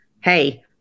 hey